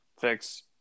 fix